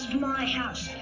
yeah my house.